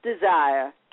desire